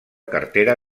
cartera